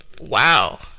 Wow